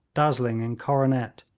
dazzling in coronet,